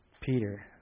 Peter